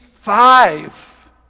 five